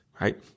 right